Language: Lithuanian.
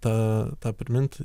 tą tą primint